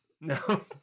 No